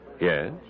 Yes